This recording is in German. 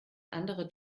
andere